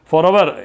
Forever